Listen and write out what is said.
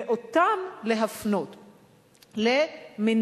ואותם להפנות למניעה,